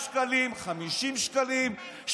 100 שקלים, 50 שקלים.